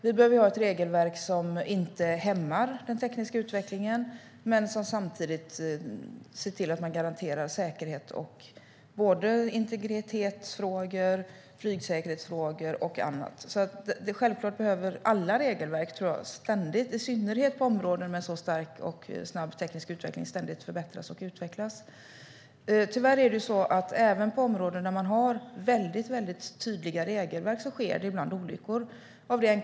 Vi behöver ett regelverk som inte hämmar den tekniska utvecklingen men samtidigt garanterar säkerhet. Det gäller både integritetsfrågor, flygsäkerhetsfrågor och annat. Självklart behöver alla regelverk ständigt förbättras och utvecklas, i synnerhet på områden med en sådan stark och snabb teknisk utveckling. Även på områden där man har väldigt tydliga regelverk sker det tyvärr ibland olyckor.